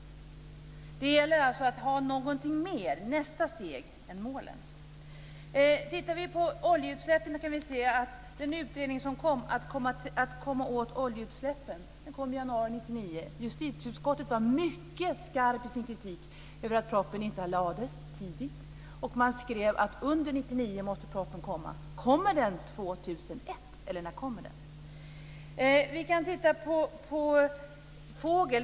Det gäller alltså att ha någonting mer i nästa steg än målen. Om vi tittar på oljeutsläppen kan vi se att utredningen Att komma åt oljeutsläppen kom i januari 1999. Justitieutskottet var mycket skarp i sin kritik över att propositionen inte lades fram tidigt, och man skrev att propositionen måste komma under 1999. Kommer den 2001, eller när kommer den? Vi kan titta på fåglarna.